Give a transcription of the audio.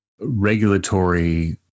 regulatory